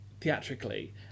theatrically